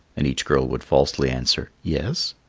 and each girl would falsely answer yes.